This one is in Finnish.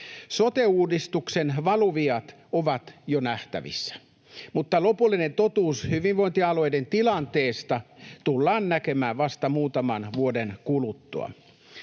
Sote-uudistuksen valuviat ovat jo nähtävissä, mutta lopullinen totuus hyvinvointialueiden tilanteesta tullaan näkemään vasta muutaman vuoden kuluttua.